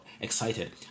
excited